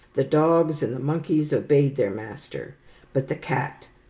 the dogs and the monkeys obeyed their master but the cat,